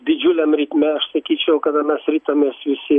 didžiuliam ritme aš sakyčiau kada mes ritamės visi